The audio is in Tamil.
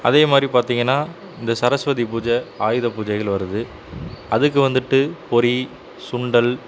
அதே மாதிரி பார்த்தீங்கன்னா இந்த சரஸ்வதி பூஜை ஆயுத பூஜைகள் வருது அதுக்கு வந்துட்டு பொரி சுண்டல்